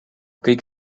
kõik